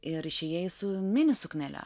ir išėjai su mini suknele